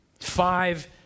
Five